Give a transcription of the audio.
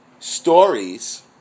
Stories